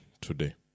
today